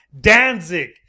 Danzig